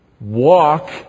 Walk